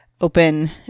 open